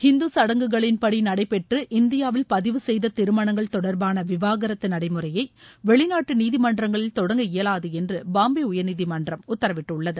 இந்து சடங்குகளின்படி நடைபெற்று இந்தியாவில் பதிவு செய்த திருமணங்கள் தொடர்பான விவாகரத்து நடைமுறையை வெளிநாட்டு நீதிமன்றங்களில் தொடங்க இயவாது என்று பாம்பே உயர்நீதிமன்றம் உத்தரவிட்டுள்ளது